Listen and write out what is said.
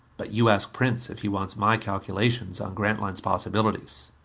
but you ask prince if he wants my calculations on grantline's possibilities.